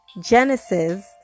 Genesis